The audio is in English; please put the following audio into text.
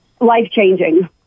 life-changing